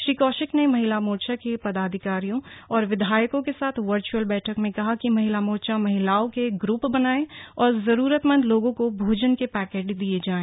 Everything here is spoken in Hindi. श्री कौशिक ने महिला मोर्चा के पदधिकारियो और विधायकों के साथ वर्चअल बैठक में कहा कि महिला मोर्चा महिलाओं के ग्रप बनाये और जरुरतमन्द लोगों को भोजन के पैकेट दिए जाए